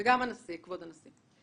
גם כבוד הנשיא.